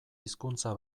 hizkuntza